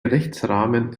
rechtsrahmen